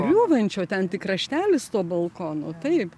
griūvančio o ten tik kraštelis to balkono taip